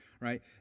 right